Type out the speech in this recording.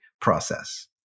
process